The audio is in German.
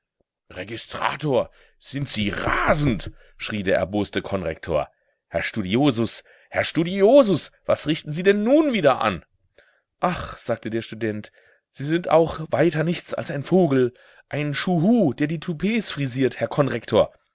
registrator sind sie rasend schrie der erboste konrektor herr studiosus herr studiosus was richten sie denn nun wieder an ach sagte der student sie sind auch weiter nichts als ein vogel ein schuhu der die toupets frisiert herr konrektor